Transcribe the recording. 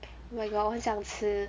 oh my god 我很想吃